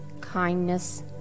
kindness